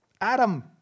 Adam